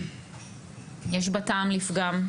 יש בה טעם לפגם,